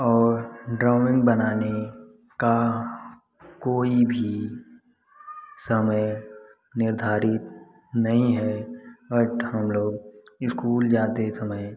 और ड्रॉइंग बनाने का कोई भी समय निर्धारित नहीं है बट हम लोग इस्कूल जाते समय